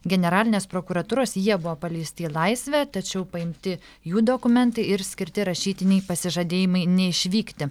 generalinės prokuratūros jie buvo paleisti į laisvę tačiau paimti jų dokumentai ir skirti rašytiniai pasižadėjimai neišvykti